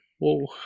whoa